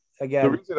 again